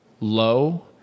low